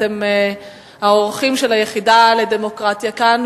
אתם האורחים של היחידה לדמוקרטיה כאן,